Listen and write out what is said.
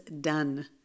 done